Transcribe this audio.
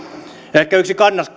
ehkä yksi